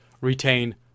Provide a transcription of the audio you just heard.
retain